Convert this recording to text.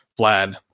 Vlad